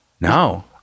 no